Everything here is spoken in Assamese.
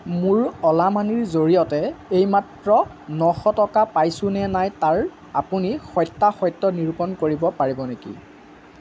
মোৰ অ'লা মানিৰ জৰিয়তে এইমাত্ৰ নশ টকা পাইছোঁ নে নাই তাৰ আপুনি সত্যাসত্য নিৰূপণ কৰিব পাৰিব নেকি